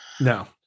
No